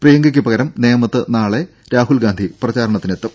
പ്രിയങ്കയ്ക്ക് പകരം നേമത്ത് നാളെ രാഹുൽ ഗാന്ധി പ്രചാരണത്തിനെത്തും